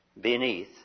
beneath